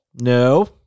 No